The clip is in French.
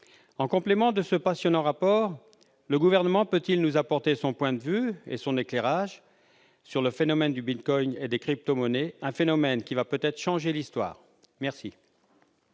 En complément à ce passionnant rapport, le Gouvernement peut-il nous apporter son point de vue et son éclairage sur le phénomène du bitcoin et des crypto-monnaies, phénomène qui va peut-être changer l'Histoire ? La